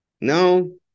No